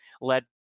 led